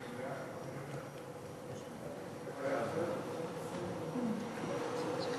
ההצעה להעביר את הצעת